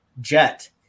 Jet